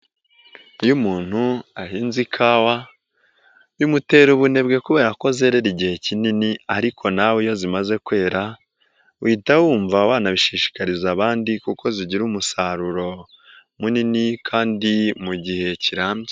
Iyo umuntu ahinze ikawa bimutera ubunebwe kubera ko zerera igihe kinini, ariko nawe iyo zimaze kwera uhita wumva wanabishishikariza abandi, kuko zigira umusaruro munini kandi mu gihe kirambye.